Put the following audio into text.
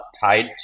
tied